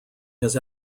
his